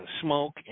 smoke